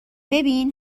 ببین